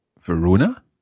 Verona